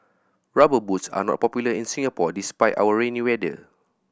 Rubber Boots are not popular in Singapore despite our rainy weather